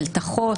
מלתחות